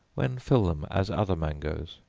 when fill them as other mangoes.